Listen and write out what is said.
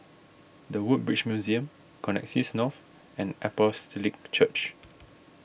the Woodbridge Museum Connexis North and Apostolic Church